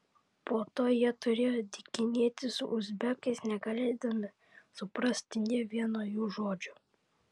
po to jie turėjo dykinėti su uzbekais negalėdami suprasti nė vieno jų žodžio